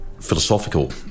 philosophical